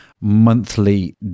monthly